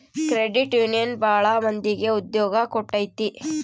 credit union ಭಾಳ ಮಂದಿಗೆ ಉದ್ಯೋಗ ಕೊಟ್ಟೈತಿ